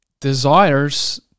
desires